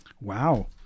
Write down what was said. Wow